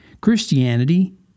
Christianity